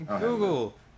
Google